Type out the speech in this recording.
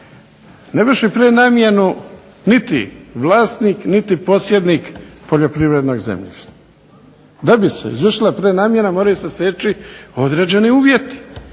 ne vrši prenamjenu niti vlasnik, niti posjednik poljoprivrednog zemljišta. Da bi se izvršila prenamjena moraju se steći određeni uvjeti,